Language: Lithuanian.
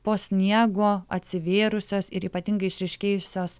po sniego atsivėrusios ir ypatingai išryškėjusios